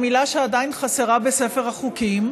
המילה שעדיין חסרה בספר החוקים,